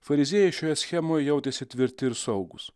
fariziejai šioje schemoje jautėsi tvirti ir saugūs